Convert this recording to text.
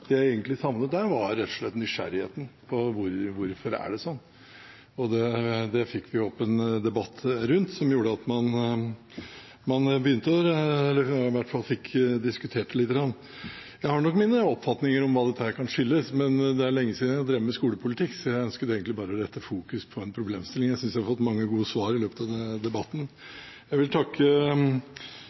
det jeg egentlig savnet der, var rett og slett nysgjerrigheten på hvorfor det er slik. Det fikk vi en debatt rundt som gjorde at man i hvert fall fikk diskutert det litt. Jeg har nok mine oppfatninger om hva dette kan skyldes, men det er lenge siden jeg har drevet med skolepolitikk, så jeg ønsket egentlig bare å fokusere på en problemstilling. Jeg synes jeg har fått mange gode svar i løpet av debatten. Jeg vil takke